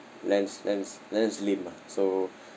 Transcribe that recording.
lance lance lance lim ah so